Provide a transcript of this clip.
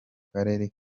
karere